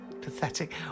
Pathetic